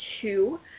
two